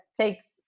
takes